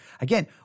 again